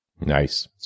Nice